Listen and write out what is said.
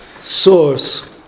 source